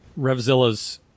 Revzilla's